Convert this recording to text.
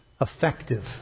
effective